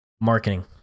marketing